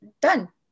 Done